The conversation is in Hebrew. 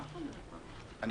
לא יכול להיות משפיע בחינוך,